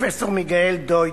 פרופסור מיגל דויטש,